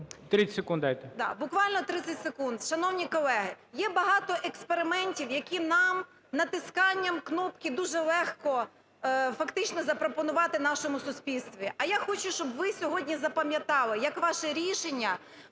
30 секунд дайте.